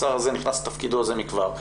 השר הזה נכנס לתפקידו זה מכבר,